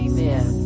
Amen